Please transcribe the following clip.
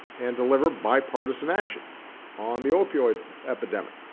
and deliver bipartisan action on the opioid epidemic.